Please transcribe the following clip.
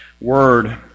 Word